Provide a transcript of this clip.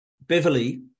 Beverly